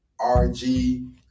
RG